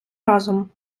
разом